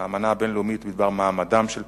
האמנה הבין-לאומית בדבר מעמדם של פליטים,